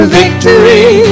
victory